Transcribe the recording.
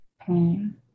pain